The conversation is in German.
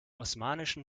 osmanischen